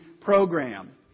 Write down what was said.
program